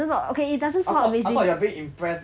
I thought I thought you are being impressed by the